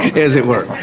as it were.